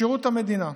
שירות המדינה.